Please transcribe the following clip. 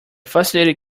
fascinating